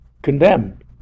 Condemned